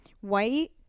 White